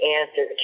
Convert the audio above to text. answer